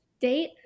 date